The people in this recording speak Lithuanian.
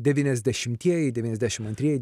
devyniasdešimtieji devyniasdešimt antrieji